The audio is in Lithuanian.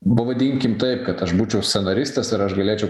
pavadinkim taip kad aš būčiau scenaristas ir aš galėčiau